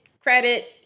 credit